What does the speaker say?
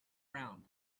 round